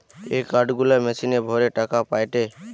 এ card গুলা মেশিনে ভরে টাকা পায়টে